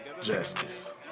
justice